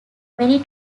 mary